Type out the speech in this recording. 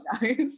guys